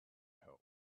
help